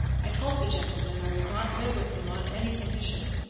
i told the gentleman i would not live with him on any condition,